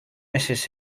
misses